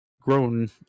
grown